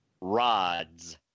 rods